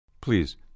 Please